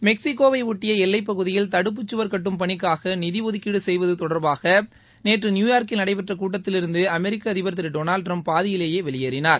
மெக்ஸிகோவையொட்டிய எல்லைப்பகுதியில் தடுப்புச்சுவர் கட்டும் பணிக்காக நிதி ஒதுக்கீடு செய்வது தொடர்பாக நேற்று நியூயார்க்கில் நடைபெற்ற கூட்டத்திலிருந்து அமெரிக்க அதிபர் திரு டொனால்டு ட்டிரம்ப் பாதியிலேயே வெளியேறினார்